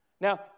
Now